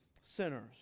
sinners